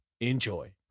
Enjoy